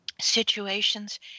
situations